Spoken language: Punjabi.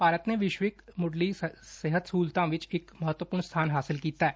ਭਾਰਤ ਨੇ ਵਿਸ਼ਵਕ ਮੁਢਲੀ ਸਿਹਤ ਸਹੁਲਤਾਂ ਵਿਚ ਇਹ ਮਹੱਤਵਪੁਰਨ ਸਬਾਨ ਹਾਸਲ ਕੀਤੈ